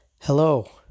Hello